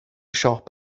siop